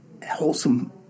Wholesome